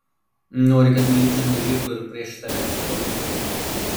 nori kad nulipčiau nuo žirgo ir prieš tave atsiklaupčiau